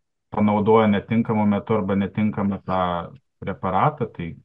panaudojo netinkamu metu arba netinkamą tą preparatą tai